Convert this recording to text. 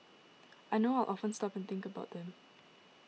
I know I'll often stop and think about them